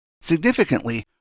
Significantly